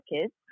kids